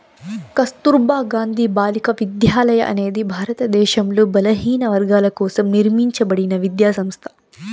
కస్తుర్బా గాంధీ బాలికా విద్యాలయ అనేది భారతదేశంలో బలహీనవర్గాల కోసం నిర్మింపబడిన విద్యా సంస్థ